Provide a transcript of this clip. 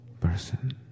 person